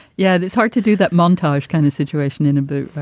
yeah, it's hard to do that montage kind of situation in a booth.